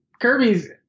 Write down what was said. Kirby's